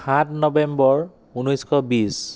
সাত নৱেম্ৱৰ ঊনৈছশ বিছ